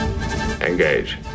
Engage